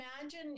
imagine